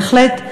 בהחלט,